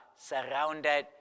surrounded